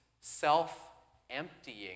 self-emptying